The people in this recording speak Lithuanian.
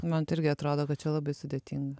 man tai irgi atrodo kad čia labai sudėtinga